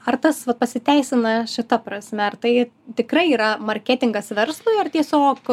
ar tas va pasiteisina šita prasme ar tai tikrai yra marketingas verslui ar tiesiog